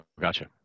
gotcha